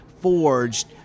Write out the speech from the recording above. forged